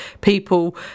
people